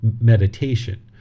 meditation